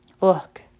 Look